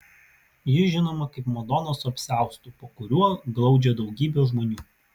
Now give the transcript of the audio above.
ji žinoma kaip madona su apsiaustu po kuriuo glaudžia daugybę žmonių